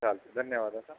चालतं आहे धन्यवाद सर